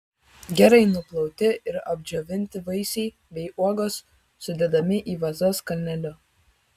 gerai nuplauti ir apdžiovinti vaisiai bei uogos sudedami į vazas kalneliu